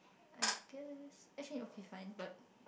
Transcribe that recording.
yeah I guess actually okay fine but